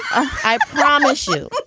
i promise you.